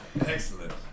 Excellent